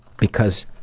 because